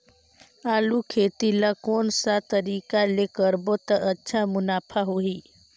आलू खेती ला कोन सा तरीका ले करबो त अच्छा मुनाफा होही?